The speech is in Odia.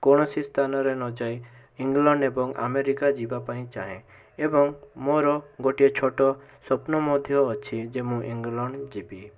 କୌଣସି ସ୍ଥାନରେ ନ ଯାଇ ଇଂଲଣ୍ଡ ଏବଂ ଆମେରିକା ଯିବାପାଇଁ ଚାହେଁ ଏବଂ ମୋର ଗୋଟିଏ ଛୋଟ ସ୍ଵପ୍ନ ମଧ୍ୟ ଅଛି ଯେ ମୁଁ ଇଂଲଣ୍ଡ ଯିବି